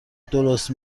درست